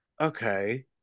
okay